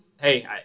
Hey